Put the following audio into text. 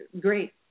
great